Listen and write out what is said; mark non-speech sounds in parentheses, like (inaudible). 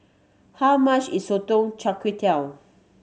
how much is sotong char (unintelligible)